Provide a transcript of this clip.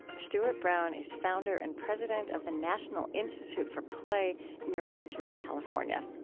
stuart brown is founder and president of the national institute for play near monterey, california.